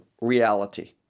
reality